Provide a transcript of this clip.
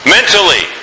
Mentally